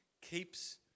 keeps